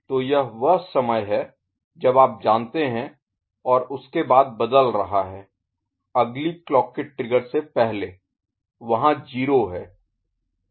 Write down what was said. तो यह वह समय है जब आप जानते हैं और उसके बाद बदल रहा है अगली क्लॉक के ट्रिगर से पहले वहां 0 है